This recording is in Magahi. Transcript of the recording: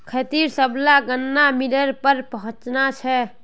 खेतेर सबला गन्ना मिलेर पर पहुंचना छ